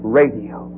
radio